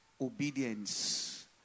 obedience